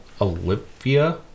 Olivia